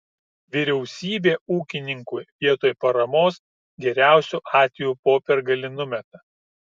vyriausybė ūkininkui vietoj paramos geriausiu atveju popiergalį numeta